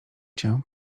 cię